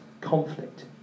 conflict